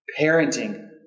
parenting